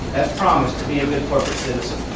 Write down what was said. promised, to be a good corporate citizen.